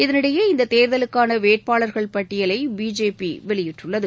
இதனிடையே இந்த தேர்தலுக்கான வேட்பாளர்கள் பட்டியலை பிஜேபி வெளியிட்டுள்ளது